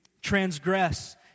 transgress